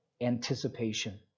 anticipation